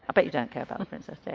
i bet you don't care about the princess,